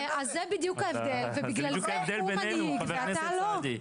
זה בדיוק ההבדל ובגלל זה הוא מנהיג ואתה לא.